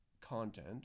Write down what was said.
content